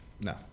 no